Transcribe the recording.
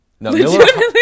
Legitimately